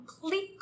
complete